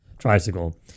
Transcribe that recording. Tricycle